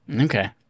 okay